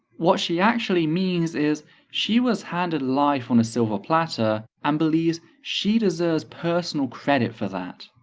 what she actually means is she was handed life on a silver platter and believes she deserves personal credit for that.